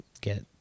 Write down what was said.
get